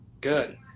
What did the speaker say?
Good